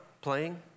playing